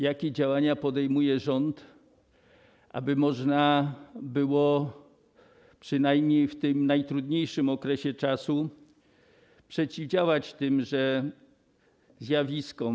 Jakie działania podejmuje rząd, aby można było przynajmniej w tym najtrudniejszym okresie przeciwdziałać tymże zjawiskom?